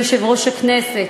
אדוני יושב-ראש הכנסת,